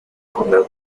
condado